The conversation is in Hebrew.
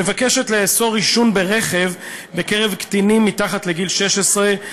מבקשת לאסור עישון ברכב בקרבת קטינים מתחת לגיל 16,